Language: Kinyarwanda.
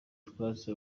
utwatsi